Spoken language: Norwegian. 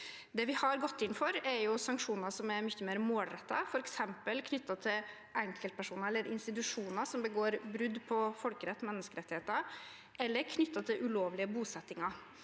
Det vi har gått inn for, er sanksjoner som er mye mer målrettet, f.eks. knyttet til enkeltpersoner eller institusjoner som begår brudd på folkeretten og menneskerettigheter, eller som er knyttet til ulovlige bosettinger.